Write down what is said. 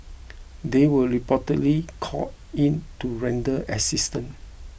they were reportedly called in to render assistance